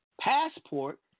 passport